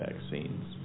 vaccines